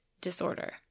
disorder